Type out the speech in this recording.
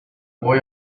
boy